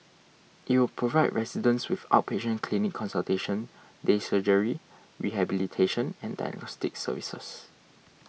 it will provide residents with outpatient clinic consultation day surgery rehabilitation and diagnostic services